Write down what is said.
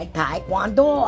taekwondo